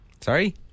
Sorry